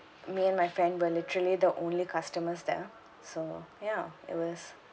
me and my friend were literally the only customers there so ya it was